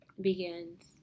begins